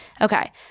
Okay